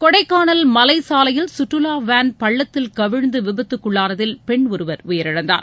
கொடைக்கானல் மலை சாலையில் சுற்றுலா வேன் பள்ளத்தில் கவிழ்ந்து விபத்துக்குள்ளானதில் பெண் ஒருவர் உயிரிழந்தார்